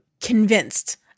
convinced